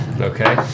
Okay